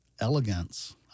elegance